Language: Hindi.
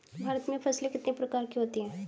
भारत में फसलें कितने प्रकार की होती हैं?